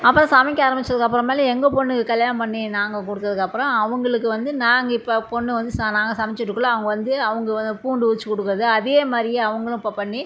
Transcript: அப்புறம் சமைக்க ஆரம்பிச்சதுக்கு அப்புறமேலு எங்கள் பொண்ணுக்கு கல்யாணம் பண்ணி நாங்கள் கொடுத்ததுக்கப்பறம் அவங்களுக்கு வந்து நாங்கள் இப்போ பொண்ணு வந்து சா நாங்கள் சமைச்சிட்ருக்கக்குள்ள அவங்க வந்து அவங்க பூண்டு உரித்து கொடுக்கறது அதே மாதிரியே அவங்களும் இப்போ பண்ணி